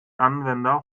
anwender